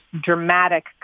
dramatic